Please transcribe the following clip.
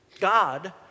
God